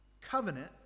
covenant